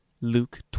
Luke